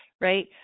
right